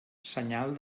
senyal